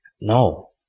no